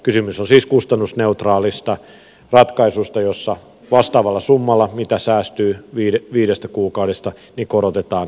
kysymys on siis kustannusneutraalista ratkaisusta jossa vastaavalla summalla kuin säästyy viidestä kuukaudesta korotetaan opintorahan tasoa